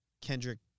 kendrick